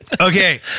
Okay